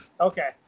Okay